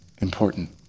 important